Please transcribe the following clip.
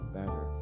better